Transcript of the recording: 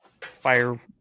fire